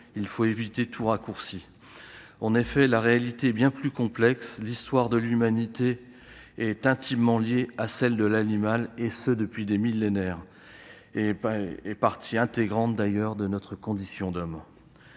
devons éviter tout raccourci. En effet, la réalité est bien plus complexe. L'histoire de l'humanité est intimement liée à celle de l'animal, et ce depuis des millénaires. L'animal est partie intégrante de notre condition d'homme.